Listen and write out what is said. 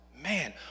man